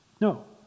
No